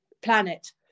planet